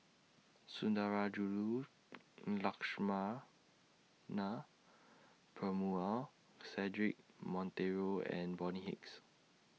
Sundarajulu Lakshmana Cedric Monteiro and Bonny Hicks